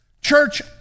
Church